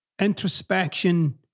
introspection